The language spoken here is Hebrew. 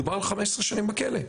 מדובר על 15 שנים בכלא.